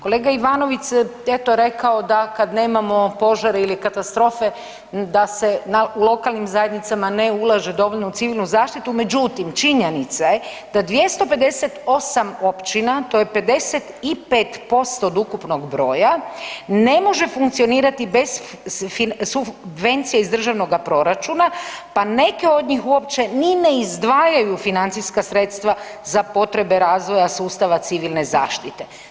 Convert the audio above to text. Kolega Ivanović je rekao da kada nemamo požare ili katastrofe da se u lokalnim zajednicama ne ulaže dovoljno u civilnu zaštitu, međutim činjenica je da 258 općina to je 55% od ukupnog broja ne može funkcionirati bez subvencije iz državnoga proračuna pa neke od njih uopće ne izdvajaju financijska sredstva za potrebe razvoja sustava civilne zaštite.